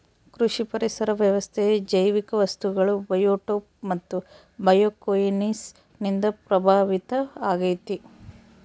ಕೃಷಿ ಪರಿಸರ ವ್ಯವಸ್ಥೆ ಜೈವಿಕ ವಸ್ತುಗಳು ಬಯೋಟೋಪ್ ಮತ್ತು ಬಯೋಕೊಯನೋಸಿಸ್ ನಿಂದ ಪ್ರಭಾವಿತ ಆಗೈತೆ